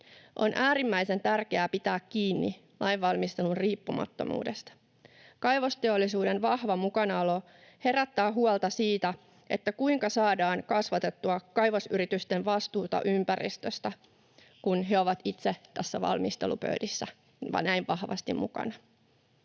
On äärimmäisen tärkeää pitää kiinni lainvalmistelun riippumattomuudesta. Kaivoteollisuuden vahva mukanaolo herättää huolta siitä, kuinka saadaan kasvatettua kaivosyritysten vastuuta ympäristöstä, kun he ovat itse näissä valmistelupöydissä näin vahvasti mukana.